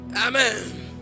Amen